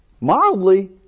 Mildly